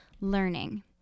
Learning